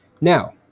Now